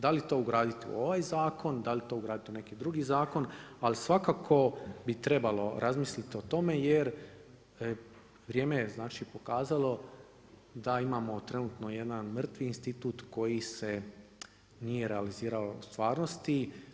Da li to ugraditi u ovaj zakon, da li to ugraditi u neki drugi zakon, ali svakako bi trebalo razmisliti o tome, jer vrijeme je pokazalo da imamo trenutno jedan mrtvi institut koji se nije realizirao u stvarnosti.